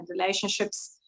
relationships